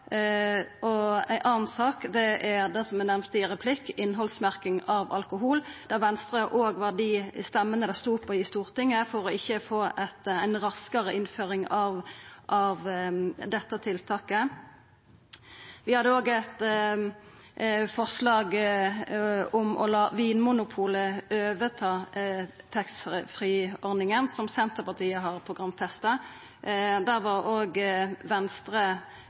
Ei anna sak, som eg nemnde i ein replikk, er innhaldsmerking av alkohol, der det òg var Venstre sine røyster det stod på i Stortinget for å få ei raskare innføring av dette tiltaket. Senterpartiet hadde òg eit forslag om å la Vinmonopolet overta taxfree-ordninga, som vi har programfesta. Der var det òg Venstre